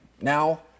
Now